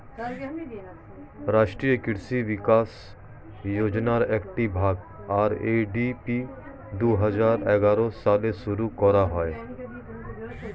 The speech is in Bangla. রাষ্ট্রীয় কৃষি বিকাশ যোজনার একটি ভাগ, আর.এ.ডি.পি দুহাজার এগারো সালে শুরু করা হয়